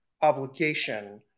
obligation